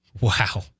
Wow